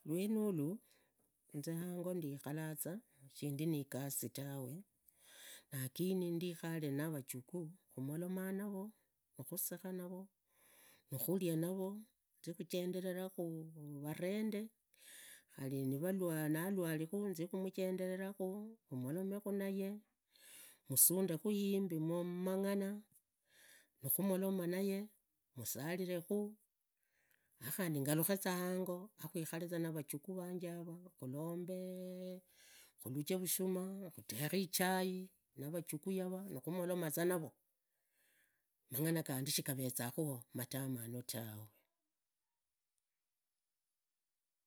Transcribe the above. Lwenulu, inze hango ndikhaliza shindinigasi tawe, lakini ndikhulenna vajukuu maloma naro nikhusekaa naro, nikhuriria naro, khuzii khujenderahu vuvende, khari nalwali kha zikhumujenderekha, malomekhu naye, musunde khu yimbi mumangana, nikhumoloma naye, musalilekhu, akhandi ngulukheza hango, akhulkhure navujuguu vanje yavo, khulombe khuluje vushuma, khutekhe ichai navajuhuu yavo nikhumolomazu navo, mangana gandi shigarezaa khu yao matamanu tawe.